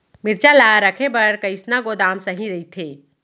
मिरचा ला रखे बर कईसना गोदाम सही रइथे?